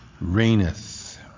reigneth